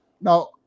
Now